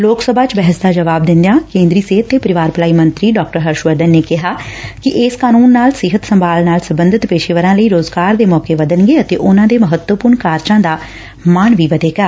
ਲੋਕ ਸਭਾ ਚ ਬਹਿਸ ਦਾ ਜਵਾਬ ਦਿੰਦਿਆਂ ਕੇਂਦਰੀ ਸਿਹਤ ਤੇ ਪਰਿਵਾਰ ਭਲਾਈ ਮੰਤਰੀ ਡਾ ਹਰਸ਼ ਵਰਧਨ ਨੇ ਕਿਹਾ ਕਿ ਇਸ ਕਾਨੂੰਨ ਨਾਲ ਸਿਹਤ ਸੰਭਾਲ ਨਾਲ ਸਬੰਧਤ ਪੇਸ਼ੇਵਰਾਂ ਲਈ ਰੋਜ਼ਗਾਰ ਦੇ ਮੌਕੇ ਵਧਣਗੇ ਅਤੇ ਉਨੂਾਂ ਦੇ ਮਹੱਤਵਪੁਰਨ ਕਾਰਜਾਂ ਦਾ ਮਾਣ ਵਧੇਗਾ